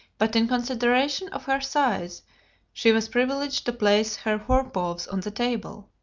but in consideration of her size she was privileged to place her fore paws on the table.